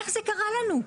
איך זה קרה לנו?